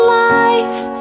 life